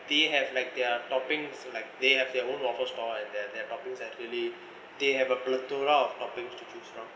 they have like their toppings like they have their own waffle store and their their toppings actually they have a plethora of toppings to choose from